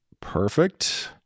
Perfect